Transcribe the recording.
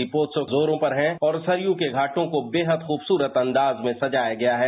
दीपोत्सव जोरो पर हैं और सरयू के घाटों को बेहद खूबसूरत अंदाज में सजाया गया है